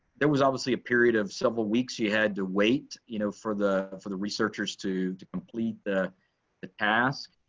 there was obviously a period of several weeks you had to wait you know for the for the researchers to to complete the ah task,